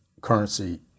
currency